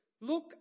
Look